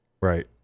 Right